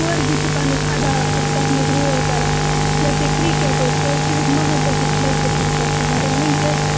کورِ تہِ چھِ پَنُن اَدا تَتھ منٛز رول کَران جیسے کِرٛکٮ۪ٹ اوس سُہ اوس صِرف محض أکِس لٔڑکہٕ سٕنٛدۍ خٲطرٕ مگر وٕنۍکٮ۪س